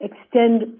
extend